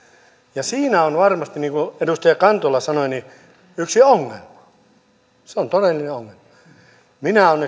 ja siinä on varmasti niin kuin edustaja kantola sanoi yksi ongelma se on todellinen ongelma minä onneksi olen